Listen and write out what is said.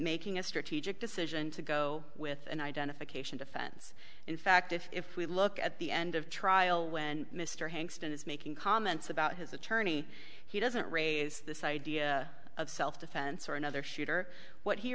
making a strategic decision to go with an identification defense in fact if we look at the end of trial when mr hanks and his making comments about his attorney he doesn't raise this idea of self defense or another shooter what he